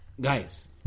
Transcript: guys